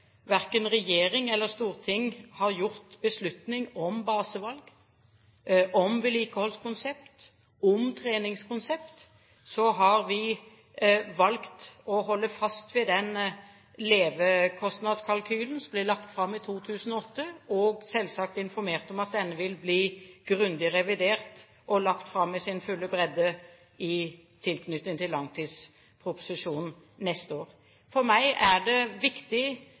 verken regjering eller storting har gjort beslutning om basevalg, om vedlikeholdskonsept, om treningskonsept, har vi valgt å holde fast ved den levetidskostnadskalkylen som ble lagt fram i 2008, og selvsagt informert om at denne vil bli grundig revidert og lagt fram i sin fulle bredde i tilknytning til langtidsproposisjonen neste år. For meg er det viktig